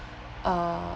uh